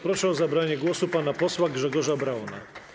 Proszę o zabranie głosu pana posła Grzegorza Brauna.